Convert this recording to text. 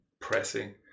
pressing